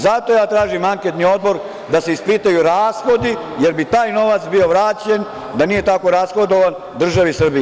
Zato ja tražim anketni odbor, da se ispitaju rashodi, jer bi taj novac bio vraćen, da nije tako rashodovan, državi Srbiji.